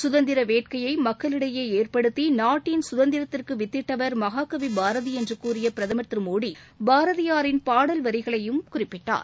சுதந்திர வேட்கையை மக்களிடையே ஏற்படுத்தி நாட்டின் சுதந்திரத்திற்கு வித்திட்டவர் மகாகவி பாரதி என்று கூறிய பிரதமர் திரு மோடி பாரதியாரின் பாடல் வரிகளையும் குறிப்பிட்டார்